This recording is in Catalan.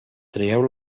traieu